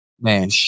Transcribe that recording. man